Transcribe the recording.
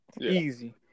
easy